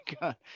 god